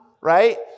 right